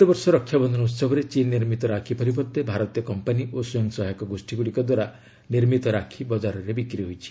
ଚଳିତବର୍ଷ ରକ୍ଷାବନ୍ଧନ ଉତ୍ସବରେ ଚୀନ୍ ନିର୍ମିତ ରାକ୍ଷୀ ପରିବର୍ତ୍ତେ ଭାରତୀୟ କମ୍ପାନି ଓ ସ୍ୱଂୟସହାୟକ ଗୋଷ୍ଠୀଗୁଡ଼ିକ ଦ୍ୱାରା ନିର୍ମିତ ରାକ୍ଷୀ ବକାରରେ ବିକ୍ରି ହୋଇଛି